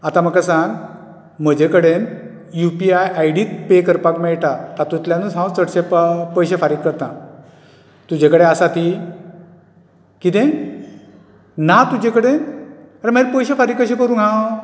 आतां म्हाका सांग म्हजे कडेन युपिआय आयडीच पे करपाक मेळटा तातूंतल्यानूच हांव चडशें पं पयशे फारीक करता तुजें कडेन आसा ती कितें ना तुजें कडेन आरे मागीर पयशें फारीक कशें करूं हांव